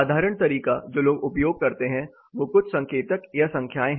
साधारण तरीका जो लोग उपयोग करते हैं वों कुछ संकेतक या संख्याएं हैं